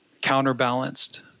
counterbalanced